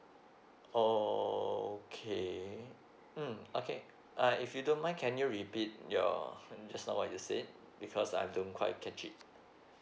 okay mm okay uh if you don't mind can you repeat your just now what you said because I didn't quite catch it